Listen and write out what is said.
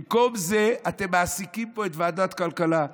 במקום זה אתם מעסיקים פה את ועדת הכלכלה,